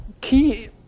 key